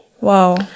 Wow